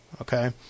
okay